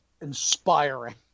inspiring